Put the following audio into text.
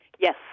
Yes